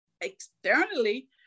externally